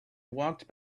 walked